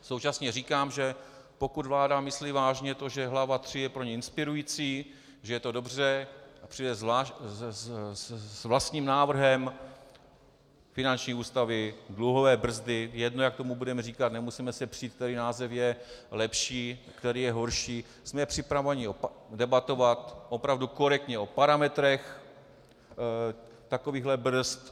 Současně říkám, že pokud vláda myslí vážně to, že hlava III je pro ni inspirující, že je to dobře, a přijde s vlastním návrhem finanční ústavy, dluhové brzdy, jedno, jak tomu budeme říkat, nemusíme se přít, který název je lepší a který je horší, jsme připraveni debatovat opravdu korektně o parametrech takových brzd.